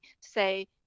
say